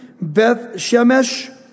Beth-Shemesh